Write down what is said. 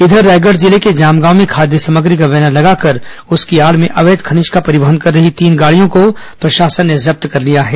इधर रायगढ़ जिले के जामगांव में खाद्य सामग्री का बैनर लगाकर उसकी आड़ में अवैध खनिज का परिवहन कर रही तीन गाड़ियों को प्रशासन ने जब्त कर लिया है